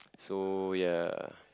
so ya